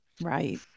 right